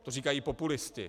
To říkají populisté.